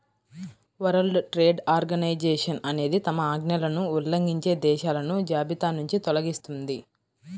world trade organization అనేది తమ ఆజ్ఞలను ఉల్లంఘించే దేశాలను జాబితానుంచి తొలగిస్తుంది